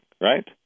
right